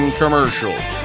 commercials